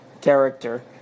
character